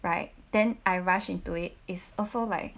right then I rush into it is also like